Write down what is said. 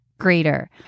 greater